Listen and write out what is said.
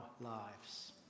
lives